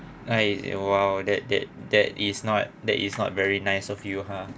I !wow! that that that is not that is not very nice of you ha